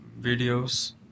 Videos